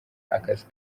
akazi